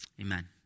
Amen